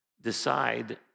decide